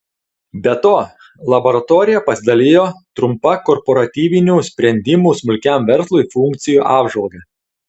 be to laboratorija pasidalijo trumpa korporatyvinių sprendimų smulkiam verslui funkcijų apžvalga